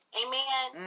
amen